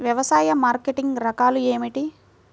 వ్యవసాయ మార్కెటింగ్ రకాలు ఏమిటి?